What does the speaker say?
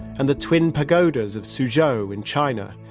and the twin pagodas of suzhou in china,